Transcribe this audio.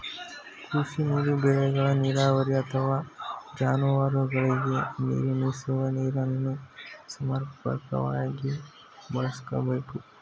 ಕೃಷಿ ನೀರು ಬೆಳೆಗಳ ನೀರಾವರಿ ಅಥವಾ ಜಾನುವಾರುಗಳಿಗೆ ನೀರುಣಿಸುವ ನೀರನ್ನು ಸಮರ್ಪಕವಾಗಿ ಬಳಸ್ಬೇಕು